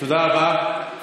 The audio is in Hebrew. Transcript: תודה רבה.